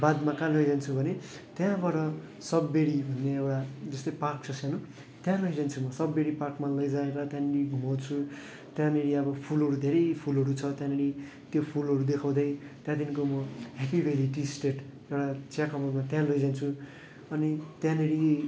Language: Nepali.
बादमा कहाँ लैजान्छु भने त्यहाँबाट सब्बेरी भन्ने एउटा जस्तै पार्क छ सानो त्यहाँ लैजान्छु सब्बेरी पार्कमा लैजाएर त्यहाँदेखिको घुमाउँछु त्यहाँनिर अब फुलहरू धेरै फुलहरू छ त्यहाँनिर त्यो फुलहरू देखाउँदै त्यहाँदेखिको म ह्यापी भ्याली टि स्टेट एउटा चियाकमानमा त्यहाँ लैजान्छु अनि त्यहाँनिर